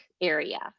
area